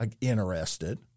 interested